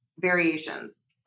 variations